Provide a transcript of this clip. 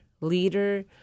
leader